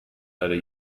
برای